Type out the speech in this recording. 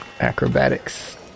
acrobatics